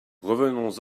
revenons